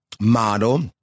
Model